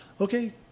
okay